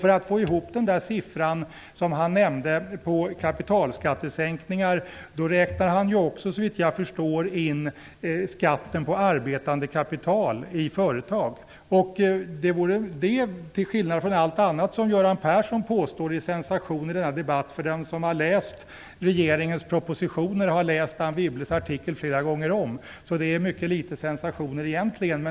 För att få ihop den siffra för kapitalskattesänkningar som Göran Persson nämnde räknar han också såvitt jag förstår in skatten på arbetande kapital i företag. Den som har läst regeringens propositioner har läst Anne Wibbles artikel flera gånger om. Där finns egentligen mycket litet sensationer.